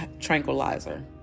tranquilizer